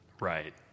Right